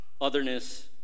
otherness